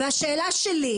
והשאלה שלי,